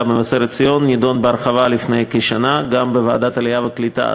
במבשרת-ציון נדון בהרחבה לפני כשנה גם בוועדת העלייה והקליטה,